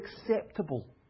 acceptable